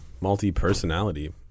Multi-personality